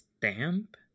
damp